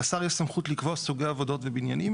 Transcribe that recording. לשר יש סמכות לקבוע סוגי עבודות ובניינים